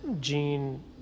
Gene